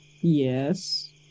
yes